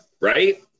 Right